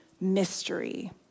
mystery